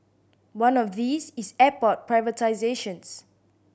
one of these is airport privatisations